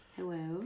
Hello